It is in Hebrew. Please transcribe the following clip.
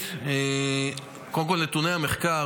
קודם כול, נתוני המחקר.